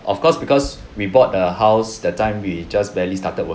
of course because we bought a house that time we just barely started